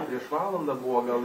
prieš valandą buvo gal